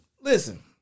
listen